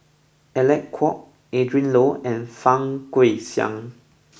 Alec Kuok Adrin Loi and Fang Guixiang